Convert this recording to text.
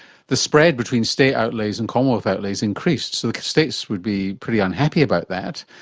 the spread between state outlays and commonwealth outlays increased, so the states would be pretty unhappy about that,